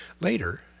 Later